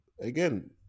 again